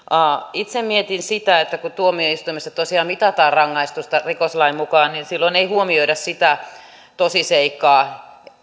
itse mietin sitä että kun tuomioistuimessa tosiaan mitataan rangaistusta rikoslain mukaan niin silloin ei huomioida juuri sitä tosiseikkaa